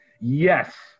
Yes